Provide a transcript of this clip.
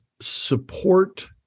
Support